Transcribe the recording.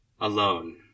Alone